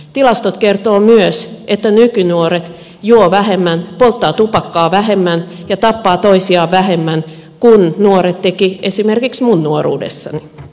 tilastot kertovat myös että nykynuoret juovat vähemmän polttavat tupakkaa vähemmän ja tappavat toisiaan vähemmän kuin nuoret tekivät esimerkiksi minun nuoruudessani